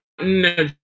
no